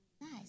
Nice